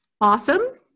awesome